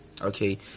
Okay